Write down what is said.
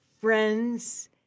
friends